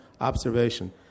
observation